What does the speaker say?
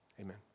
amen